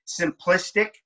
simplistic